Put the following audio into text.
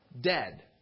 Dead